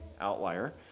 outlier